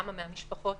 כמה מהמשפחות